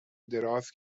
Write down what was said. دراز